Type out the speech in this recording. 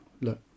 look